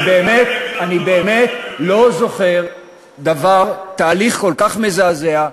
אני באמת לא זוכר תהליך כל כך מזעזע,